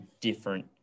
different